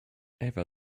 ewa